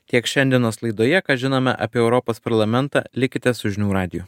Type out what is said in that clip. tiek šiandienos laidoje ką žinome apie europos parlamentą likite su žinių radiju